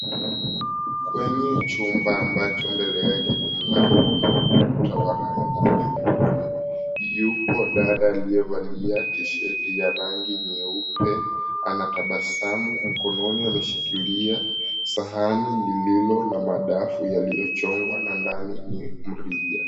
Kwenye chumba ambacho mbele yake ni mlango na ukuta wa rangi nyeupe, yupo dada aliyevalia tisheti ya rangi nyeupe anatabasamu. Mkononi ameshikilia sahani lililo na madafu yaliyochongwa na ndani ni mrija.